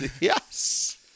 Yes